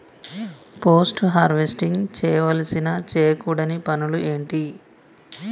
Post harvesting చేయవలసిన చేయకూడని పనులు ఏంటి?